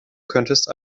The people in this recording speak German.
könntest